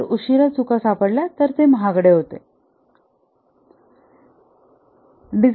जर उशिरा चुका सापडल्या तर ते महागडे होईल